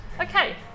okay